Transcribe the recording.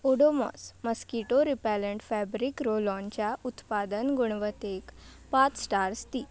Odomos mosquito repellent fabric रोलॉनच्या उत्पादन गुणवत्तेक पांच स्टार्स दी